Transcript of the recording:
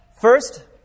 First